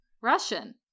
Russian